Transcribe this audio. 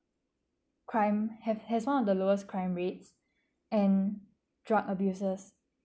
crime have has one of the lowest crime rates and drug abuses